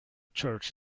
church